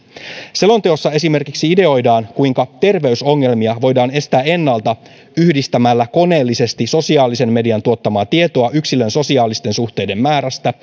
selonteossa esimerkiksi ideoidaan kuinka terveysongelmia voidaan estää ennalta yhdistämällä koneellisesti sosiaalisen median tuottamaa tietoa yksilön sosiaalisten suhteiden määrästä